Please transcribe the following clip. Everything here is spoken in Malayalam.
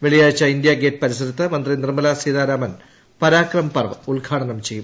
വെള്ളിയാഴ്ച ഇന്ത്യാ ഗേറ്റ് പരിസരത്ത് മന്ത്രി നിർമ്മല സീതാരാമൻ പരാക്രം പർവ്വ് ഉദ്ഘാടനം ചെയ്യും